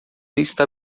está